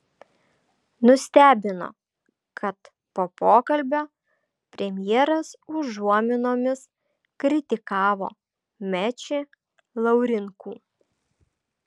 nustebino kad po pokalbio premjeras užuominomis kritikavo mečį laurinkų